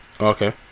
okay